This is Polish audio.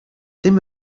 tym